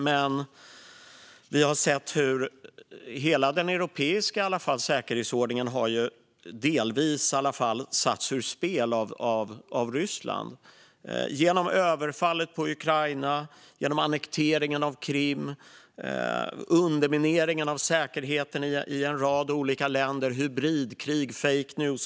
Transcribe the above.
Vi har dock sett hur den europeiska säkerhetsordningen i alla fall delvis har satts ur spel av Ryssland genom överfallet på Ukraina, annekteringen av Krim, undermineringen av säkerheten i en rad olika länder, hybridkrig och fake news.